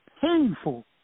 painful